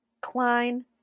Klein